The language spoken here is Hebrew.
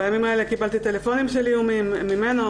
בימים האלה קיבלתי טלפונים של איומים ממנו,